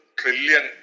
trillion